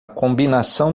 combinação